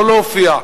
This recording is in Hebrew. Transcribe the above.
לא להופיע,